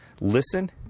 listen